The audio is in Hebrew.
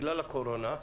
שבגלל הקורונה,